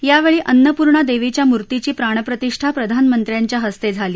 यावेळी अन्नपूर्णा देवीच्या मूर्तीची प्राणप्रतिष्ठा प्रधानमंत्र्यांच्या हस्ते झाली